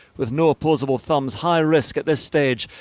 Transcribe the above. with no opposable thumbs, high risk at this stage.